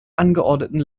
angeordneten